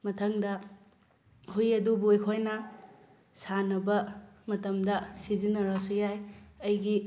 ꯃꯊꯪꯗ ꯍꯨꯏ ꯑꯗꯨꯕꯨ ꯑꯩꯈꯣꯏꯅ ꯁꯥꯟꯅꯕ ꯃꯇꯝꯗ ꯁꯤꯖꯤꯟꯅꯔꯁꯨ ꯌꯥꯏ ꯑꯩꯒꯤ